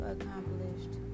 accomplished